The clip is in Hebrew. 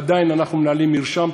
עדיין אנחנו מנהלים מרשם,